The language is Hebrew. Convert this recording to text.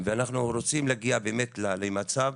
ואנחנו רוצים להגיע באמת למצב